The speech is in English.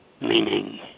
meaning